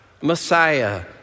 Messiah